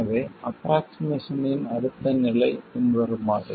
எனவே ஆஃப்ரோக்ஷிமேசன் இன் அடுத்த நிலை பின்வருமாறு